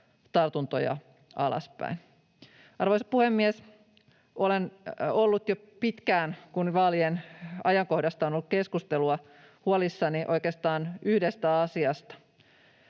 tartuntoja alaspäin. Arvoisa puhemies! Olen ollut jo pitkään, kun vaalien ajankohdasta on ollut keskustelua, huolissani oikeastaan yhdestä asiasta.